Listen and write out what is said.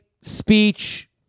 speech